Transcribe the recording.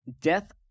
death